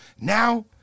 Now